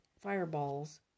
fireballs